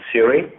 Siri